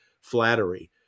flattery